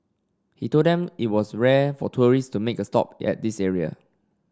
he told them it was rare for tourist to make a stop at this area